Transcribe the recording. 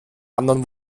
anderen